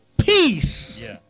peace